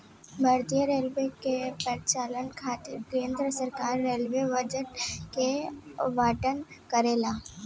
भारतीय रेलवे के परिचालन खातिर केंद्र सरकार रेलवे बजट के आवंटन करेला